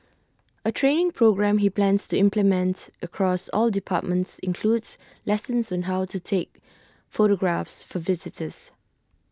A training programme he plans to implements across all departments includes lessons on how to take photographs for visitors